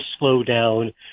slowdown